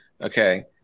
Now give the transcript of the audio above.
okay